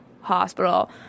hospital